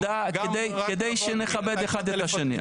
כדי שנכבד אחד את השני.